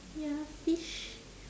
ya fish